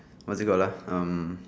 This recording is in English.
what's it called lah um